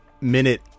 minute